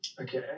Okay